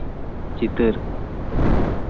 ᱪᱤᱛᱟᱹᱨ